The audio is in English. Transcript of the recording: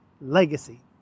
legacy